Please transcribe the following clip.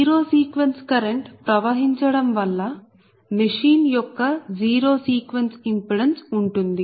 zero sequence current ప్రవహించడం వల్ల machine యొక్క జీరో సీక్వెన్స్ ఇంపిడెన్స్ ఉంటుంది